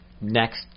next